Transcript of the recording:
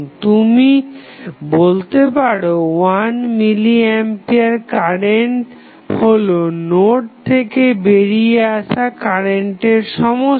তুমি বলতে পারো 1 মিলি আম্পিয়ার কারেন্ট হলো নোড থেকে বেরিয়ে আসা কারেন্টের সমষ্টি